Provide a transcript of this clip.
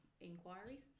inquiries